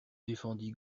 défendit